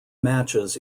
matches